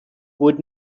would